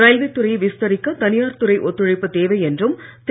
railway துறையை விஸ்தரிக்க தனியார் துறை ஒத்துழைப்பு தேவை என்றும் திரு